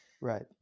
Right